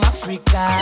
Africa